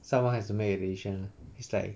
someone has to make a decision is like